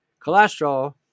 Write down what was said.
cholesterol